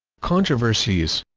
controversies